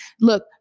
look